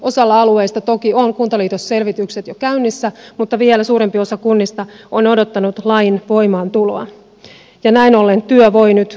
osalla alueista toki ovat kuntaliitosselvitykset jo käynnissä mutta vielä suurempi osa kunnista on odottanut lain voimaantuloa ja näin ollen työ voi nyt käynnistyä